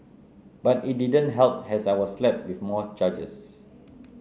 but it didn't help as I was slapped with more charges